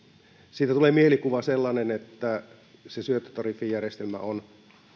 siitä tulee sellainen mielikuva että se syöttötariffijärjestelmä on